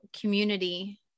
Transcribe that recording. community